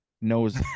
knows